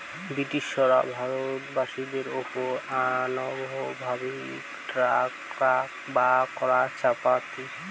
ব্রিটিশরা ভারত বাসীদের ওপর অমানবিক ট্যাক্স বা কর চাপাতি